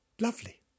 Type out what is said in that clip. Lovely